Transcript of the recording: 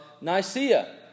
Nicaea